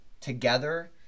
together